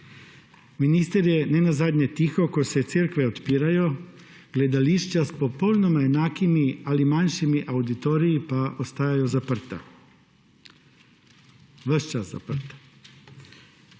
Minister je ne nazadnje tiho, ko se cerkve odpirajo, gledališča s popolnoma enakimi ali manjšimi avditoriji pa ostajajo zaprta. Ves čas zaprta.